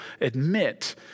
admit